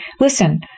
listen